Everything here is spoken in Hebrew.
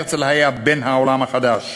הרצל היה בן "העולם החדש",